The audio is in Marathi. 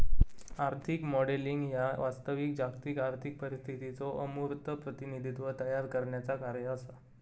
आर्थिक मॉडेलिंग ह्या वास्तविक जागतिक आर्थिक परिस्थितीचो अमूर्त प्रतिनिधित्व तयार करण्याचा कार्य असा